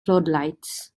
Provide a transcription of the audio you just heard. floodlights